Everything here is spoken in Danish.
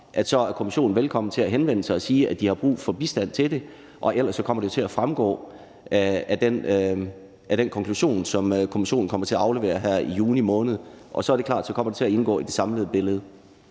at kommissionen er velkommen til at henvende sig og sige, at de har brug for bistand til det, og det går jeg ud fra de gør. Ellers kommer det til at fremgå af den konklusion, som kommissionen kommer til at aflevere her i juni måned, og så er det klart, at så kommer det til at indgå i det samlede billede.